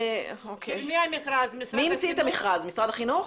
מי המציא את המכרז, משרד החינוך?